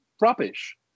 rubbish